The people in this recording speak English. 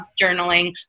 journaling